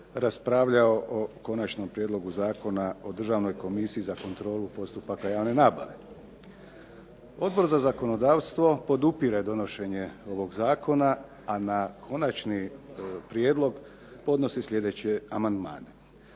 raspravljao o Konačnom prijedlogu zakona o državnoj Komisiji za kontrolu postupaka javne nabave. Odbor za zakonodavstvo podupire donošenje ovog Zakona, a na konačni prijedlog podnosi sljedeće amandmane.